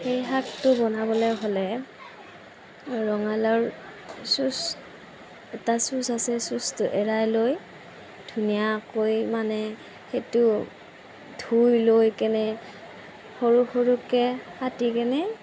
সেই শাকটো বনাবলৈ হ'লে ৰঙালাওৰ চুঁচ এটা চুঁচ আছে চুঁচটো এৰাই লৈ ধুনীয়াকৈ মানে সেইটো ধুই লৈ কেনে সৰু সৰুকৈ কাটি কেনে